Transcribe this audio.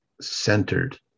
centered